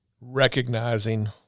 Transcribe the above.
recognizing